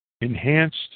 enhanced